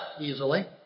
easily